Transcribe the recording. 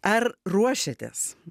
ar ruošiatės